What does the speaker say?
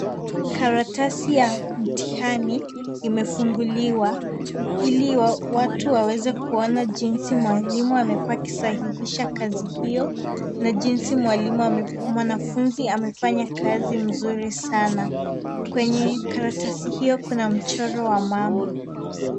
Karatasi ya mtihani imefunguliwa ili watu waweze kuona jinsi mwalimu amekuwa akisahihisha kazi hio na jinsi mwanafunzi amefanya kazi mzuri sana. Kwenye karatasi hio kuna mchoro wa mamba.